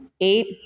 eight